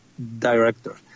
director